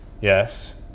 yes